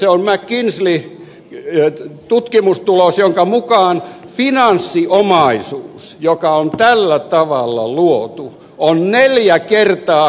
se on mckinseyn tutkimustulos jonka mukaan finanssiomaisuus joka on tällä tavalla luotu on neljä kertaa globaali bruttokansantuote